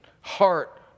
heart